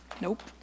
Nope